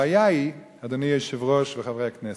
הבעיה היא, אדוני היושב-ראש וחברי הכנסת,